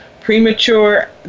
Premature